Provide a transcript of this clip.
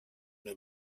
new